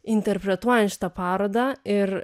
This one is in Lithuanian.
interpretuojant šitą parodą ir